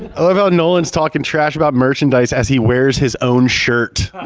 i love how nolan's talking trash about merchandise as he wears his own shirt.